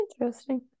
Interesting